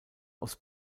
aus